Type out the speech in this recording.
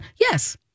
yes